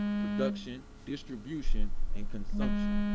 production, distribution, and consumption.